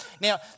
Now